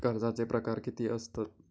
कर्जाचे प्रकार कीती असतत?